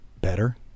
better